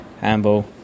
Handball